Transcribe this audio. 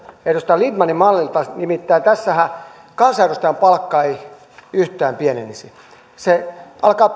edustaja lindtmanin mallilta nimittäin tässähän kansanedustajan palkka ei yhtään pienenisi palkka alkaa